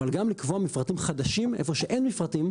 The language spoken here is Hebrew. אבל גם לקבוע מפרטים חדשים איפה שאין מפרטים,